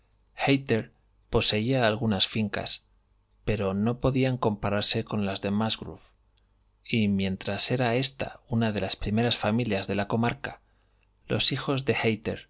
poseía algunas fincas pero no podían compararse con las de musgrove y mientras era ésta una de las primeras familias de la comarca los hijos de